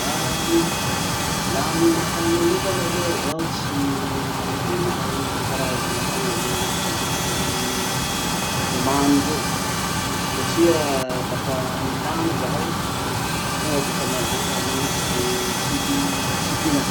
Ah laha aminakahy manoka aloha zaho tsy de mahay karazan'akanjo findesy lomano zao satria milano zahay, tonga defa mandeha manisy ze siky fisikinany.